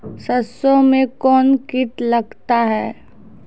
सरसों मे कौन कीट लगता हैं?